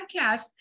podcast